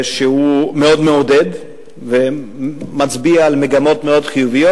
שהוא מאוד מעודד, ומצביע על מגמות מאוד חיוביות.